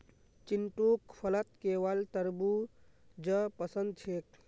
चिंटूक फलत केवल तरबू ज पसंद छेक